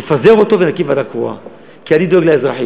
נפזר אותו ונקים ועדה קרואה, כי אני דואג לאזרחים.